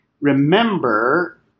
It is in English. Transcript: remember